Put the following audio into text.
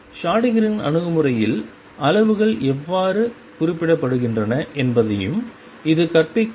ஷ்ரோடிங்கரின் Schrödinger's அணுகுமுறையில் அளவுகள் எவ்வாறு குறிப்பிடப்படுகின்றன என்பதையும் இது கற்பிக்கும்